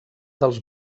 dels